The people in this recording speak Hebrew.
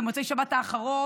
במוצאי שבת האחרונה,